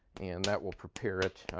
and that will prepare it,